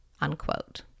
unquote